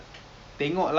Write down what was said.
dekat mana eh dekat